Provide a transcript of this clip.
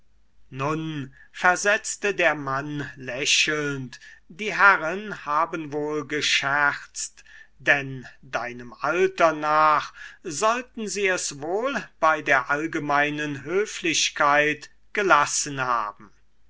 nun versetzte der mann lächelnd die herren haben wohl gescherzt denn deinem alter nach sollten sie es wohl bei der allgemeinen höflichkeit gelassen haben